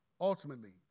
ultimately